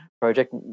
project